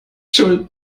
schuld